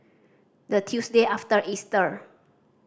the Tuesday after Easter